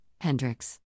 Hendrix